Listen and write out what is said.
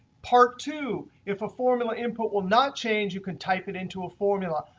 part two if a formula input will not change, you can type it into a formula,